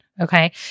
okay